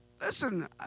Listen